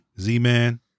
Z-Man